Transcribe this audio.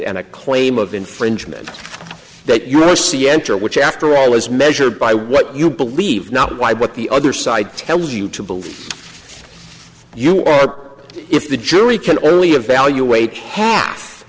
a claim of infringement that you must see enter which after all is measured by what you believe not why but the other side tells you to believe you are if the jury can only evaluate half